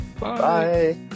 Bye